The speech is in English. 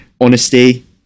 honesty